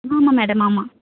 ஆமாம் மேடம் ஆமாம்